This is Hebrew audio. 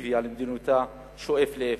אפקטיבי על מדיניותן שואף לאפס,